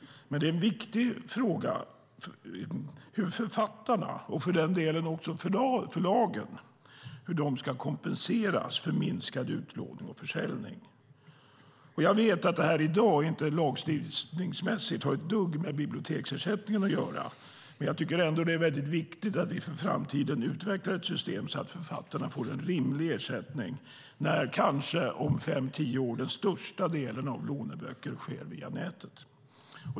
Men det är en viktig fråga hur författarna och för den delen också förlagen ska kompenseras för minskad utlåning och försäljning. Jag vet att detta i dag lagstiftningsmässigt inte har ett dugg att göra med biblioteksersättningen. Men det är ändå väldigt viktigt att vi för framtiden utvecklar ett system så att författarna får en rimlig ersättning när kanske om fem tio år den största delen av lån av böcker sker via nätet.